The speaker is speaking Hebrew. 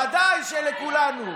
ודאי שלכולנו.